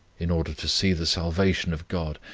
in order to see the salvation of god,